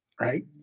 Right